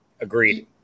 agreed